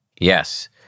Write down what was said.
Yes